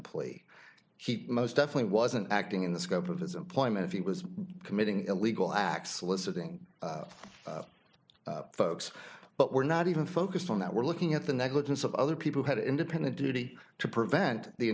employee keep most definitely wasn't acting in the scope of his employment if he was committing illegal acts soliciting folks but we're not even focused on that we're looking at the negligence of other people had an independent duty to prevent the